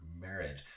marriage